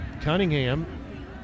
Cunningham